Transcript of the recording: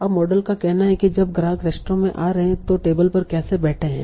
अब मॉडल का कहना है कि जब ग्राहक रेस्तरां में आ रहे हैं तो टेबल पर कैसे बैठे हैं